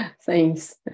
Thanks